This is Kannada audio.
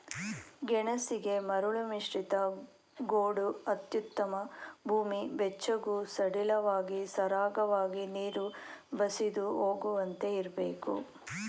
ಗೆಣಸಿಗೆ ಮರಳುಮಿಶ್ರಿತ ಗೋಡು ಅತ್ಯುತ್ತಮ ಭೂಮಿ ಬೆಚ್ಚಗೂ ಸಡಿಲವಾಗಿ ಸರಾಗವಾಗಿ ನೀರು ಬಸಿದು ಹೋಗುವಂತೆ ಇರ್ಬೇಕು